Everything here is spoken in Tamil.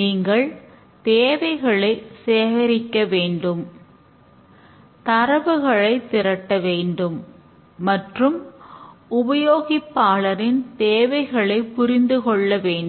நீங்கள் தேவைகளை சேகரிக்க வேண்டும் தரவுகளைத் திரட்ட வேண்டும் மற்றும் உபயோகிப்பாளரின் தேவைகளை புரிந்து கொள்ள வேண்டும்